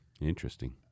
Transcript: Interesting